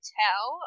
tell